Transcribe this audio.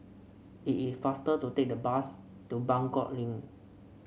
it is faster to take the bus to Buangkok Link